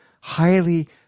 highly